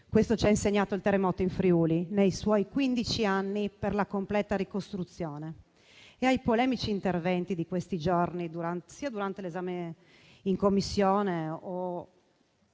Questo ci ha insegnato il terremoto in Friuli, nei quindici anni necessari per la completa ricostruzione. E ai polemici interventi di questi giorni, anche durante l'esame in Commissione,